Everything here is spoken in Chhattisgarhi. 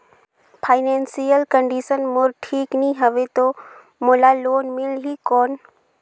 फाइनेंशियल कंडिशन मोर ठीक नी हवे तो मोला लोन मिल ही कौन??